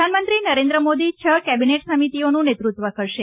પ્રધાનમંત્રી નરેન્દ્ર મોદી છ કેબિનેટ સમિતિઓનું નેતૃત્વ કરશે